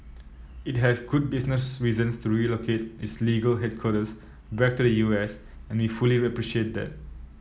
it has good business reasons to relocate its legal headquarters back to the U S and we fully appreciate that